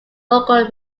local